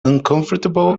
uncomfortable